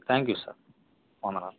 thank you sir